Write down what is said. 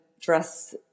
dress